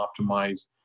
optimize